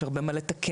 יש הרבה מה לתקן,